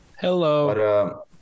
Hello